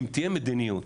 אם תהיה מדיניות